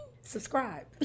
subscribe